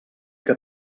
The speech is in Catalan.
que